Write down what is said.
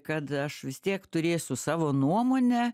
kad aš vis tiek turėsiu savo nuomonę